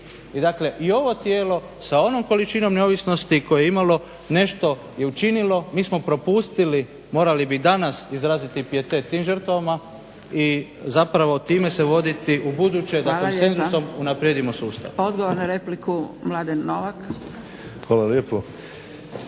I ovo tijelo sa onom količinom neovisnosti koje je imalo nešto je učinilo. Mi smo propustili morali bi danas izraziti pijetet tim žrtvama i time se voditi ubuduće da konsenzusom unaprijedimo sustav.